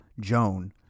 Joan